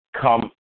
come